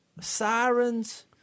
sirens